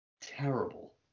terrible